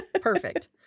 Perfect